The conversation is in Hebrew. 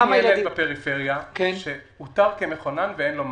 אין ילד בפריפריה שאותר כמחונן ואין לו מענה.